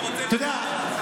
אתה יודע,